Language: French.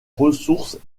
ressources